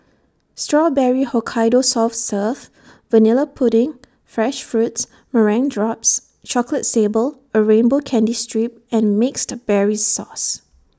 Strawberry Hokkaido soft serve Vanilla pudding fresh fruits meringue drops chocolate sable A rainbow candy strip and mixed berries sauce